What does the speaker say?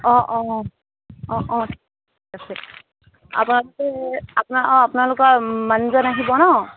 অঁ অঁ অঁ অঁ ঠিক আছে আপোনালোকে আপোনাৰ অঁ আপোনালোকৰ মানুহজন আহিব ন